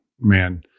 man